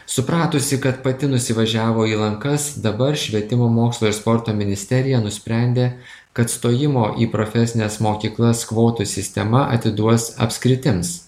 supratusi kad pati nusivažiavo į lankas dabar švietimo mokslo ir sporto ministerija nusprendė kad stojimo į profesines mokyklas kvotų sistema atiduos apskritims